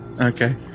okay